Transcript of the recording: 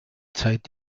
zeit